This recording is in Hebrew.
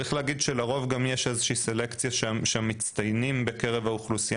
צריך להגיד שלרוב יש גם סלקציה שהמצטיינים בקרב האוכלוסייה